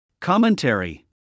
Commentary